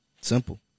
Simple